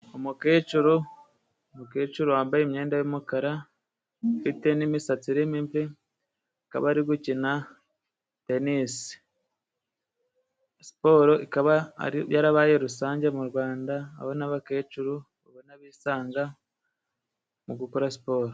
Umukecuru umukecuru wambaye imyenda y'umukara ufite n'imisatsi irimo imvi, akaba ari gukina tenisi. Siporo yarabaye rusange mu rwanda aho n'abakecuru ubona bisanga mu gukora siporo.